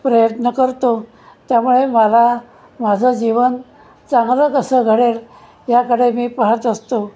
प्रयत्न करतो त्यामुळे मला माझं जीवन चांगलं कसं घडेल याकडे मी पाहत असतो